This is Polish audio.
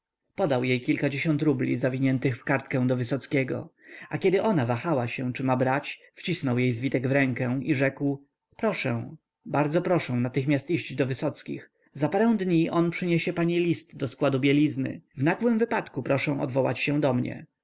podał jej kilkadziesiąt rubli zawiniętych w kartkę do wysockiego a kiedy ona wahała się czy ma brać wcisnął jej zwitek w rękę i rzekł proszę bardzo proszę natychmiast iść do wysockich za parę dni on przyniesie pani list do składu bielizny w nagłym wypadku proszę odwołać się do mnie